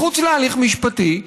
מחוץ להליך משפטי,